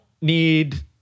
need